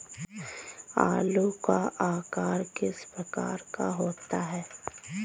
आलू का आकार किस प्रकार का होता है?